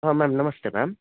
ಹಾಂ ಮ್ಯಾಮ್ ನಮಸ್ತೆ ಮ್ಯಾಮ್